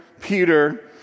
Peter